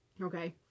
Okay